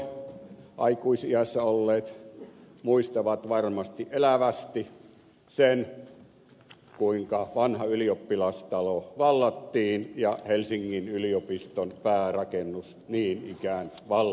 silloin aikuisiässä olleet muistavat varmasti elävästi sen kuinka vanha ylioppilastalo vallattiin ja helsingin yliopiston päärakennus niin ikään vallattiin